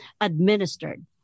administered